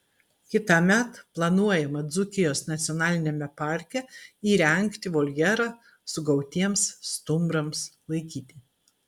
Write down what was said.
kitąmet planuojama dzūkijos nacionaliniame parke įrengti voljerą sugautiems stumbrams laikyti